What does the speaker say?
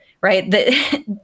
right